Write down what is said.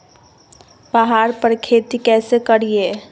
पहाड़ पर खेती कैसे करीये?